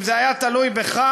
אם זה היה תלוי בך,